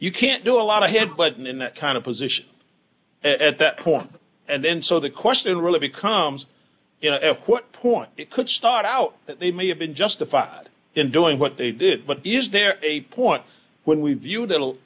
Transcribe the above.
you can't do a lot of head clinton in that kind of position at that point and then so the question really becomes you know what point it could start out that they may have been justified in doing what they did but is there a point when we view th